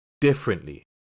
differently